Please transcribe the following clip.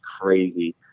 crazy